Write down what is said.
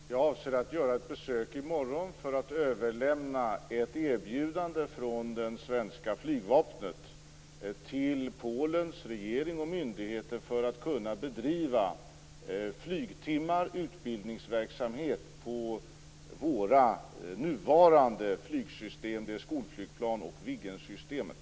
Fru talman! Jag avser att göra ett besök i morgon för att överlämna ett erbjudande från det svenska flygvapnet till Polens regering och myndigheter för att kunna bedriva flygtimmar och utbildningsverksamhet på våra nuvarande flygsystem. Det gäller skolflygplan och Viggen-systemet.